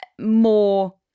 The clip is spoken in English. more